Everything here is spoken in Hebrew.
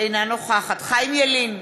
אינה נוכחת חיים ילין,